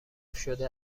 شده